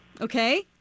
Okay